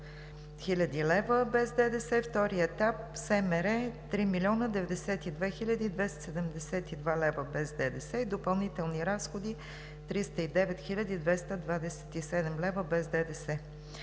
хил. лв. без ДДС, втори етап в СМР – 3 млн. 92 хил. 272 лв. без ДДС, и допълнителни разходи – 309 хиляди 227 лв. без ДДС.